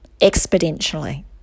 exponentially